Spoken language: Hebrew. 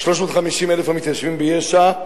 350,000 המתיישבים ביש"ע,